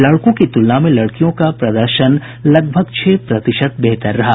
लड़कों की तुलना में लडकियों का प्रदर्शन लगभग छह प्रतिशत बेहतर रहा